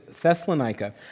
Thessalonica